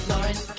Lauren